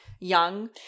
Young